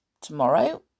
tomorrow